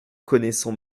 connaissons